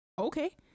okay